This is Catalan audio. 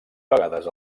vegades